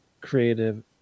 creative